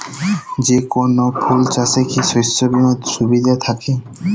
যেকোন ফুল চাষে কি শস্য বিমার সুবিধা থাকে?